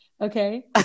Okay